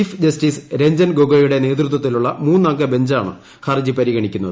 chief justice Ranjan ഗൊഗോയുടെ നേതൃത്വത്തിലുള്ള മൂന്നംഗ ബഞ്ചാണ് ഹർജി പരിഗണിക്കുന്നത്